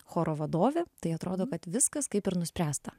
choro vadovė tai atrodo kad viskas kaip ir nuspręsta